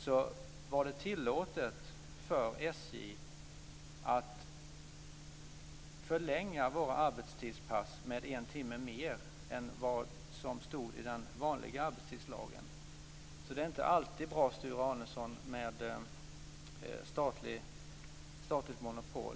Då var det tillåtet för SJ att förlänga våra arbetspass med en timme utöver vad som stod i den vanliga arbetstidslagen. Det är inte alltid bra, Sture Arnesson, med statligt monopol.